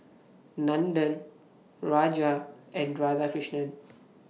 Nandan Raja and Radhakrishnan